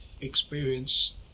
experience